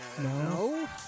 No